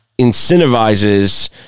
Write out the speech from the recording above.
incentivizes